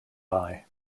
eye